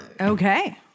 Okay